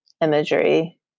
imagery